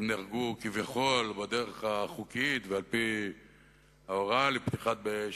והם נהרגו כביכול בדרך החוקית ועל-פי ההוראה לפתיחה באש,